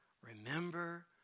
Remember